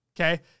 okay